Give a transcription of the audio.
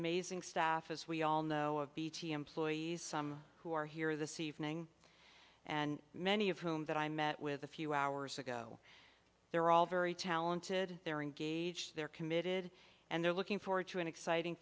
amazing staff as we all know of bt employees some who are here this evening and many of whom that i met with a few hours ago they're all very talented they're engaged they're committed and they're looking forward to an exciting